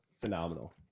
Phenomenal